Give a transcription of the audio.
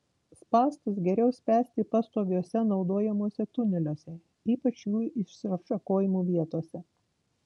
spąstus geriau spęsti pastoviuose naudojamuose tuneliuose ypač jų išsišakojimų vietose